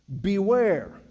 beware